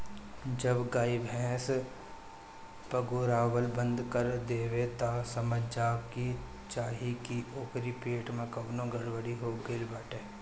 जब गाई भैस पगुरावल बंद कर देवे तअ समझ जाए के चाही की ओकरी पेट में कवनो गड़बड़ी हो गईल बाटे